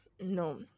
no